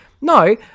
No